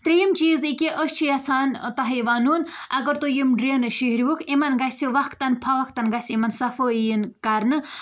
ترٛیٚیِم چیٖز یہِ کہِ أسۍ چھِ یَژھان تۄہہِ وَنُن اَگر تُہۍ یِم ڈرٛینہٕ شِہِروُکھ یِمَن گژھِ وَقتاً فَوَقتاً گژھِ یِمَن صفٲیی یِن کَرنہٕ